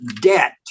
debt